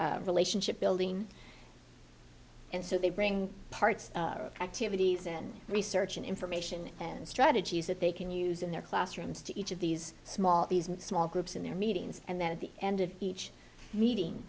community relationship building and so they bring parts of activities and research and information and strategies that they can use in their classrooms to each of these small small groups in their meetings and then at the end of each meeting